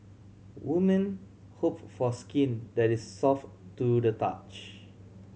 women hope for skin that is soft to the touch